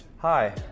Hi